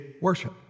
worship